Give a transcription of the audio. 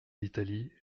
l’italie